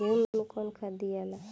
गेहूं मे कौन खाद दियाला?